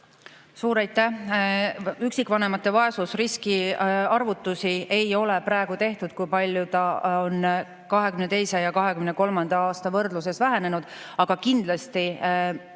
Suur aitäh! Üksikvanemate vaesusriski arvutusi ei ole praegu tehtud, kui palju ta on 2022. ja 2023. aasta võrdluses vähenenud, aga kindlasti